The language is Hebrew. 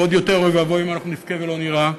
ועוד יותר אוי ואבוי אם נבכה ולא נירה.